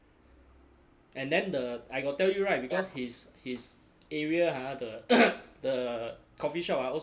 and then the I got tell you [right] because his his area ha the the coffeeshop orh